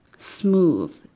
smooth